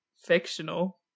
fictional